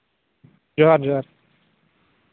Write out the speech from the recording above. ᱡᱚᱦᱟᱨ ᱡᱚᱦᱟᱨ